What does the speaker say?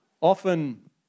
often